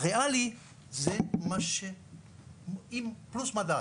הריאלי זה פלוס מדד,